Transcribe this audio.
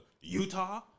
Utah